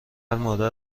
مادر